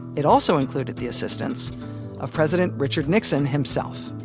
it also included the assistance of president richard nixon himself.